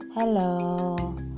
Hello